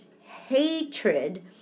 hatred